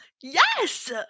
Yes